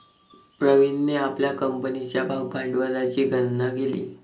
प्रवीणने आपल्या कंपनीच्या भागभांडवलाची गणना केली